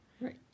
Right